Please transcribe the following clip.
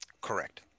Correct